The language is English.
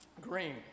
Green